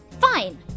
Fine